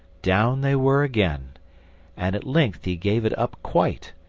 down they were again and at length he gave it up quite,